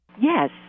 Yes